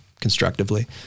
constructively